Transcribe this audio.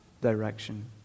direction